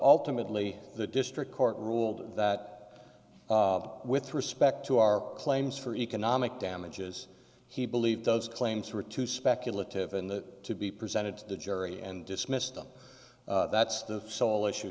alternately the district court ruled that with respect to our claims for economic damages he believed those claims were too speculative and that to be presented to the jury and dismissed them that's the sole issue